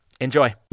enjoy